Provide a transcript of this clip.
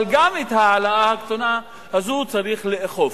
גם את ההעלאה הקטנה הזו צריך לאכוף.